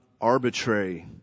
arbitrary